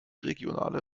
regionale